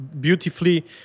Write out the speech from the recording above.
beautifully